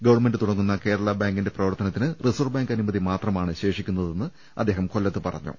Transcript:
government തുടങ്ങുന്ന കേരള ബാങ്കിന്റെ പ്രവർത്തനത്തിന് റിസർവ് ബാങ്ക് അനുമതി മാത്രമാണ് ശേഷിക്കുന്നതെന്ന് അദ്ദേഹം കൊല്ലത്ത് പറഞ്ഞു